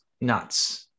nuts